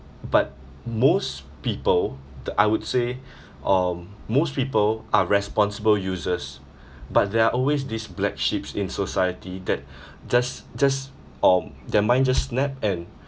but most people th~ I would say um most people are responsible users but there are always this black sheeps in society that just just um their mind just snap and